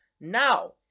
Now